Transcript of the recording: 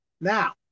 Now